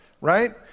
right